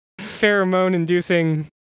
pheromone-inducing